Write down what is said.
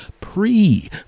pre